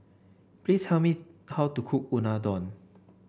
please tell me how to cook Unadon